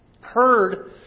heard